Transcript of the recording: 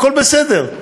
הכול בסדר.